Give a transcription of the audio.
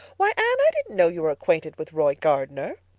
why, anne, i didn't know you were acquainted with roy gardner!